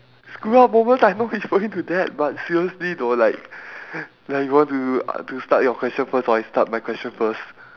screw up moments I'm not referring to that but seriously though like like you want to to start your question first or I start my question first